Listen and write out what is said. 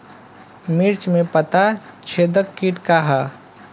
मिर्च में पता छेदक किट का है?